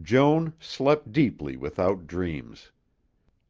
joan slept deeply without dreams